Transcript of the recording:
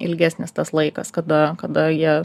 ilgesnis tas laikas kada kada jie